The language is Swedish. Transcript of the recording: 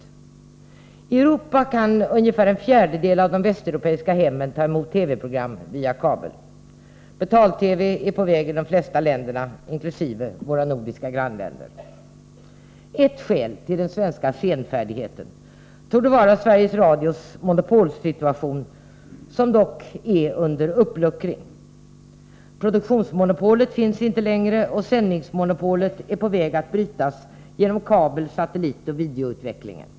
I Europa kan ungefär en fjärdedelav Nr 133 de västeuropeiska hemmen ta emot TV-program via kabel. Betal-TV är på Onsdagen den väg i de flesta länderna, inkl. i våra nordiska grannländer. 2 maj 1984 Ett skäl till den svenska senfärdigheten torde vara Sveriges Radios monopolsituation, som dock är under uppluckring. Produktionsmonopolet Radio och finns inte längre, och sändningsmonopolet är på väg att brytas genom kabel-, satellitoch videoutvecklingen.